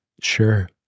Sure